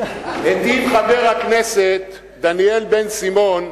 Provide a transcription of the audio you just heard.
היטיב חבר הכנסת דניאל בן-סימון,